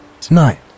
Tonight